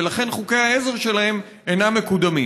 ולכן חוקי העזר שלהן אינן מקודמים.